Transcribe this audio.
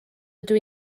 ydw